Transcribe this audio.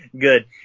Good